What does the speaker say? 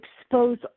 expose